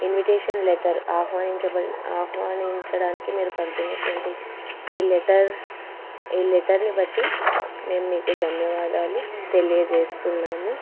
invitation letter ఆహ్వానించబ ఆహ్వానించడానికి మీరు పంపినటువంటి ఈ లెటర్ ఈ లెటర్ని బట్టి మేము మీకు ధన్యవాదాలు తెలియజేస్తున్నాము